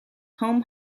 home